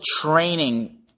training